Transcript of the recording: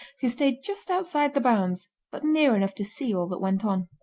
who stayed just outside the bounds but near enough to see all that went on.